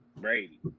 Brady